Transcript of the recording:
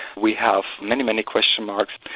we have many, many question marks,